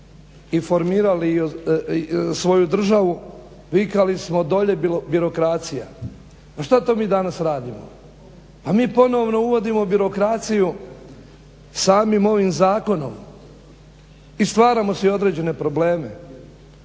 i formirali svoju državu vikali smo dolje birokracija. Pa što to mi danas radimo? Pa mi ponovno uvodimo birokraciju samim ovim zakonom i stvaramo si određene probleme.